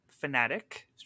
fanatic